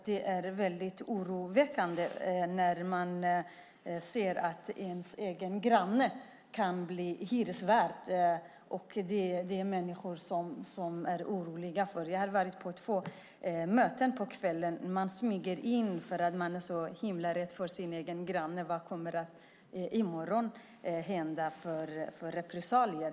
Det är väldigt oroväckande när man ser att ens egen granne kan bli ens hyresvärd. Människor är oroliga för detta. Jag har varit på två möten. Man smyger sig in på kvällen för att man är så himla rädd för sin egen granne och vad för repressalier som kommer att komma i morgon.